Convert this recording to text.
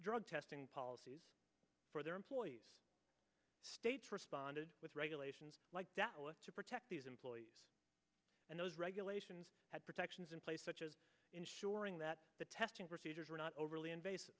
drug testing policies for their employees states responded with regulations to protect these employees and those regulations had protections in place such as ensuring that the testing procedures were not overly invasive